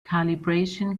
calibration